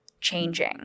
changing